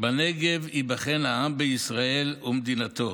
"בנגב ייבחן העם בישראל ומדינתו,